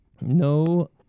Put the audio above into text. No